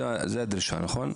זאת הדרישה, נכון?